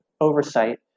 oversight